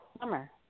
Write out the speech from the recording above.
summer